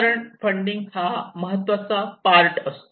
कारण फंडिंग हा महत्त्वाचा पार्ट असतो